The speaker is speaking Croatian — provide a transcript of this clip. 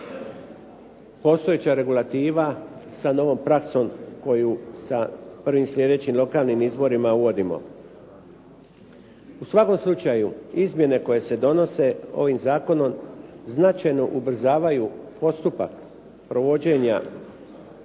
postojeća regulativa sa novom praksom koju sa prvim slijedećim lokalnim izborima uvodimo. U svakom slučaju izmjene koje se donose ovim zakonom značajno ubrzavaju postupak provođenja